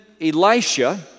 Elisha